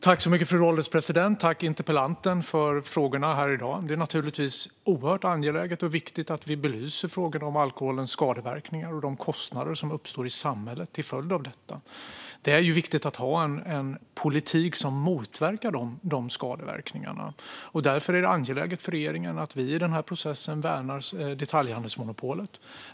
Fru ålderspresident! Tack, interpellanten, för frågorna här i dag! Det är naturligtvis oerhört angeläget och viktigt att vi belyser frågorna om alkoholens skadeverkningar och de kostnader som uppstår i samhället till följd av detta. Det är viktigt att ha en politik som motverkar dessa skadeverkningar, och därför är det angeläget för regeringen att vi i den här processen värnar detaljhandelsmonopolet.